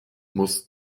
muss